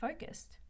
focused